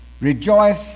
Rejoice